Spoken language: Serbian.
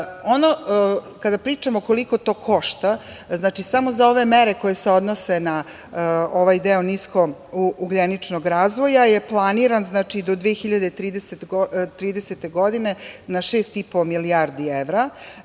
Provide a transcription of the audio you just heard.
pričamo koliko to košta, znači samo za ove mere koje se odnose na ovaj deo niskougljeničnog razvoja je planiran do 2030. godine na 6,5 milijardi evra,